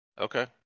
Okay